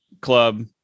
club